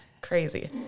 Crazy